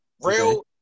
Real-